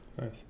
Nice